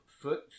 foot